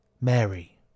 Mary